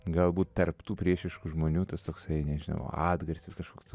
galbūt tarp tų priešiškų žmonių tas toksai nežinau atgarsis kažkoks